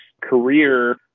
career